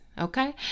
okay